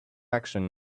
action